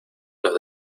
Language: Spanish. los